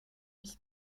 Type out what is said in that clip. ich